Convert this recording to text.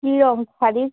কী রঙ শাড়ির